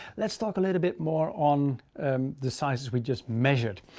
let's talk a little bit more on um the sizes we just measured.